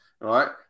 right